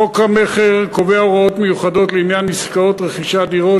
חוק המכר קובע הוראות מיוחדות לעניין עסקאות רכישת דירות